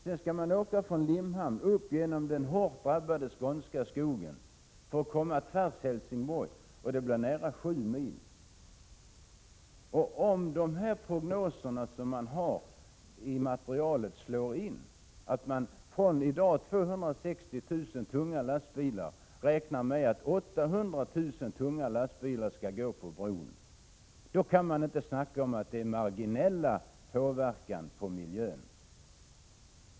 Sedan skall man åka från Limhamn upp genom den hårt drabbade skånska skogen för att komma till Helsingborg, och det blir nära 7 mil. Om prognoserna i materialet slår in, dvs. att man från dagens 260 000 tunga lastbilar räknar med att 800 000 tunga lastbilar skall gå på bron, då kan man inte tala om marginell påverkan på miljön.